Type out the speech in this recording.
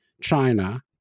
China